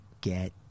get